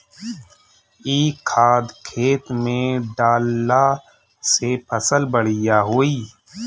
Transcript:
इ खाद खेत में डालला से फसल बढ़िया होई